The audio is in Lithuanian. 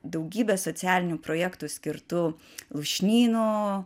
daugybę socialinių projektų skirtų lūšnynų